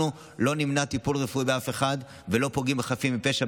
אנחנו לא נמנע טיפול רפואי מאף אחד ולא פוגעים בחפים מפשע,